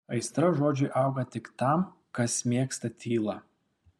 aistra žodžiui auga tik tam kas mėgsta tylą